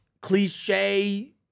cliche